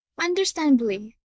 understandably